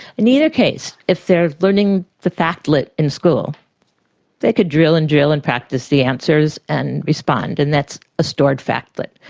in either case if they're learning the fact in school they could drill and drill and practise the answers and respond and that's a stored factlet.